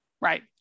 Right